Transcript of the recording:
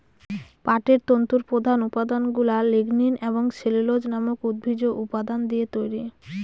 পাটের তন্তুর প্রধান উপাদানগুলা লিগনিন এবং সেলুলোজ নামক উদ্ভিজ্জ উপাদান দিয়ে তৈরি